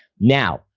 now,